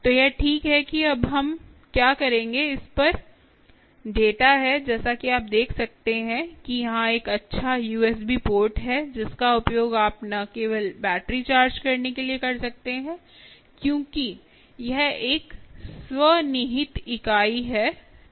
तो यह ठीक है कि अब हम क्या करेंगे इस पर डेटा है जैसा कि आप देख सकते हैं कि यहां एक अच्छा यूएसबी पोर्ट है जिसका उपयोग आप न केवल बैटरी चार्ज करने के लिए कर सकते हैं क्योंकि यह एक स्व निहित इकाई है